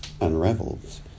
unravels